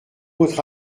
votre